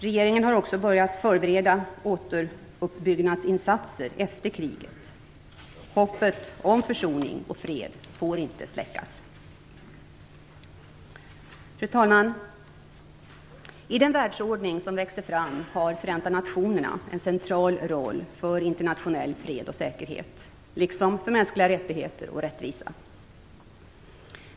Regeringen har också börjat förbereda återuppbyggnadsinsatser efter kriget. Hoppet om försoning och fred får inte släckas. Fru talman! I den världsordning som växer fram har Förenta nationerna en central roll för internationell fred och säkerhet, liksom för mänskliga rättigheter och rättvisa.